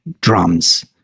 drums